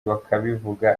bakabivuga